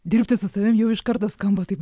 dirbti su savim jau iš karto skamba taip